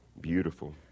beautiful